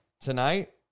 Tonight